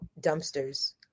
dumpsters